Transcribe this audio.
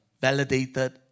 validated